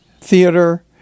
theater